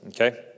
Okay